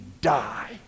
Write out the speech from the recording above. die